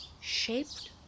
shaped